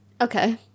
Okay